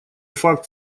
факт